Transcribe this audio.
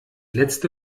letzte